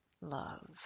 love